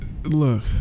Look